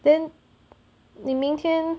then 你明天